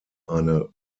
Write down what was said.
eine